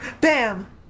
Bam